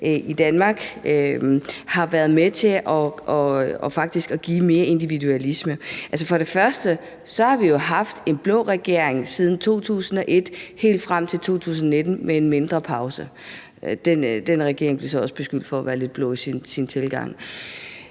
i Danmark har været med til faktisk at give mere individualisme. Altså, først og fremmest har vi jo haft en blå regering siden 2001 og helt frem til 2019 med en mindre pause – den regering blev så også beskyldt for at være lidt blå i sin tilgang.